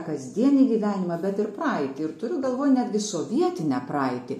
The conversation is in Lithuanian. kasdienį gyvenimą bet ir praeitį ir turiu galvoj netgi sovietinę praeitį